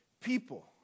people